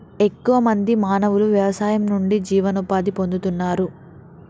ఎక్కువ మంది మానవులు వ్యవసాయం నుండి జీవనోపాధి పొందుతున్నారు